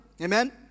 Amen